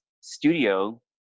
studio